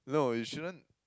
no you shouldn't